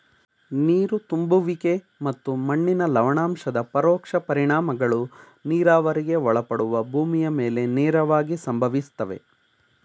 ನೀರು ತುಂಬುವಿಕೆ ಮತ್ತು ಮಣ್ಣಿನ ಲವಣಾಂಶದ ಪರೋಕ್ಷ ಪರಿಣಾಮಗಳು ನೀರಾವರಿಗೆ ಒಳಪಡುವ ಭೂಮಿಯ ಮೇಲೆ ನೇರವಾಗಿ ಸಂಭವಿಸ್ತವೆ